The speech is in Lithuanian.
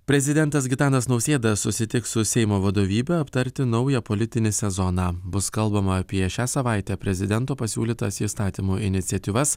prezidentas gitanas nausėda susitiks su seimo vadovybe aptarti naują politinį sezoną bus kalbama apie šią savaitę prezidento pasiūlytas įstatymų iniciatyvas